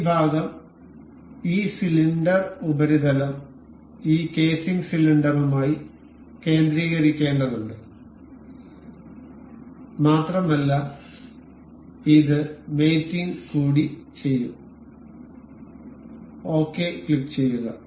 ഈ ഭാഗം ഈ സിലിണ്ടർ ഉപരിതലം ഈ കേസിംഗ് സിലിണ്ടറുമായി കേന്ദ്രീകരിക്കേണ്ടതുണ്ട് മാത്രമല്ല ഇത് മേറ്റിംഗ് കൂടി ചെയ്യും ഓകെ ക്ലിക്കുചെയ്യുക